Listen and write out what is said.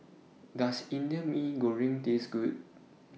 Does Indian Mee Goreng Taste Good